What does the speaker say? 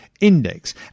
Index